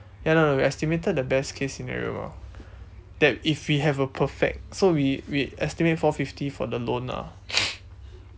ya I know I know we estimated the best case scenario mah that if we have a perfect so we we estimated four fifty for the loan ah